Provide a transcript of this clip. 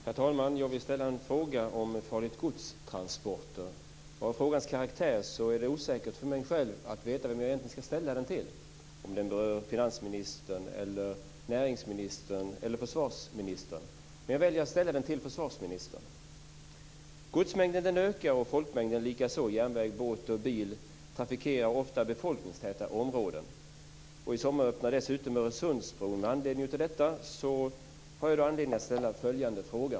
Herr talman! Jag vill ställa en fråga om transporter av farligt gods. Av frågans karaktär är det osäkert för mig själv vem jag egentligen ska ställa den till - om den berör finansministern, näringsministern eller försvarsministern. Jag väljer att ställa den till försvarsministern. Godsmängden ökar och folkmängden likaså. Järnväg, båt och bil trafikerar ofta befolkningstäta områden. I sommar öppnar dessutom Öresundsbron.